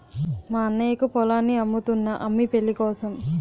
మా అన్నయ్యకు పొలాన్ని అమ్ముతున్నా అమ్మి పెళ్ళికోసం